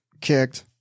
kicked